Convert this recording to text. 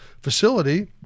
facility